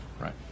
right